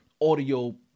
audio